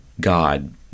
God